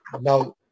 now